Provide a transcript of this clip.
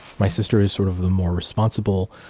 my sister is sort of the more responsible,